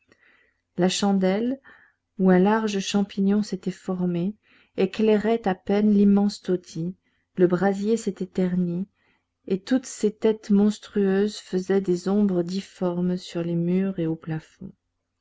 la chandelle où un large champignon s'était formé éclairait à peine l'immense taudis le brasier s'était terni et toutes ces têtes monstrueuses faisaient des ombres difformes sur les murs et au plafond